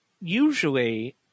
usually